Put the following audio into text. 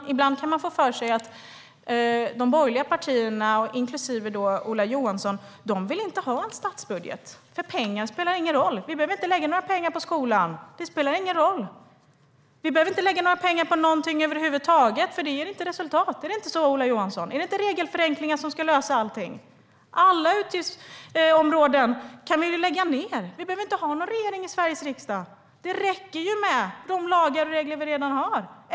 Ibland kan man få för sig att de borgerliga partierna, inklusive Ola Johanssons parti, inte vill ha någon statsbudget. Pengar spelar ingen roll. Vi behöver inte lägga några pengar på skolan. Det spelar ingen roll. Vi behöver inte lägga några pengar på någonting över huvud taget, för det ger inte resultat. Är det inte så, Ola Johansson? Är det inte regelförenklingar som ska lösa allting? Vi kan ju lägga ned alla utgiftsområden. Vi behöver inte ha någon regering som lägger fram förslag i Sveriges riksdag. Det räcker med de lagar och regler som vi redan har.